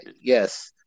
Yes